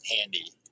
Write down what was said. handy